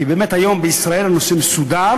כי באמת היום בישראל הנושא מסודר,